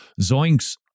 Zoinks